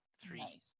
Three